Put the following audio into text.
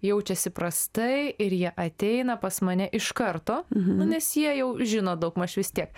jaučiasi prastai ir jie ateina pas mane iš karto nu nes jie jau žino daugmaž vis tiek